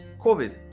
covid